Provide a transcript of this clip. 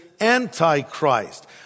Antichrist